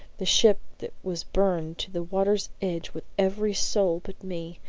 the ship that was burned to the water's edge with every soul but me.